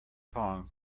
pong